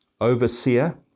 overseer